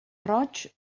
roig